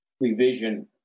revision